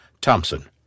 Thompson